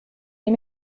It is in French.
les